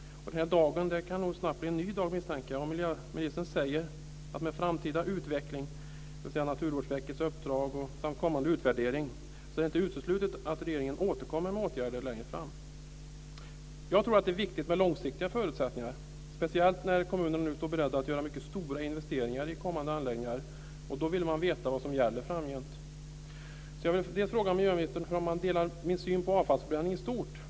Den dagen kan nog snabbt bli en ny dag, misstänker jag. Miljöministern säger att med den framtida utvecklingen, Naturvårdsverkets uppdrag samt den kommande utvärderingen, är det inte uteslutet att regeringen återkommer med åtgärder längre fram. Jag tror att det är viktigt med långsiktiga förutsättningar, speciellt när kommunerna står beredda att göra mycket stora investeringar i kommande anläggningar. Då vill man veta vad som gäller framgent. Jag vill bl.a. fråga miljöministern om han delar min syn på avfallsförbränning i stort.